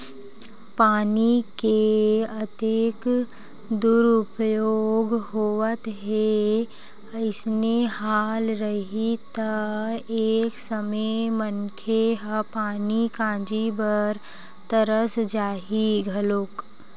पानी के अतेक दुरूपयोग होवत हे अइसने हाल रइही त एक समे मनखे ह पानी काजी बर तरस जाही घलोक